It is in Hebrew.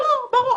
לא הגיעו תיירים,